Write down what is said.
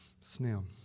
Snail